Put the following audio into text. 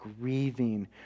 grieving